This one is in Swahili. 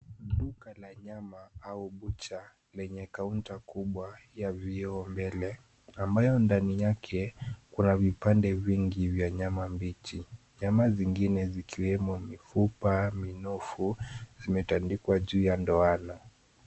Duka la nyaa au bucha lenye kaunta kubwa la vioo mbele ambayo ndani yake kuna vipande vingi vya nyama mbichi. Nyama zingine zikiwemo mifupa, minufo zimetandikwa juu ya ndoano.